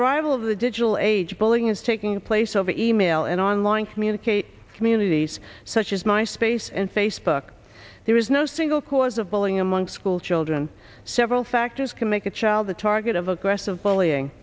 arrival of the digital age bullying is taking place over e mail and online communicate communities such as my space and facebook there is no single cause of bullying among school children several factors can make a child the target of aggressive bullying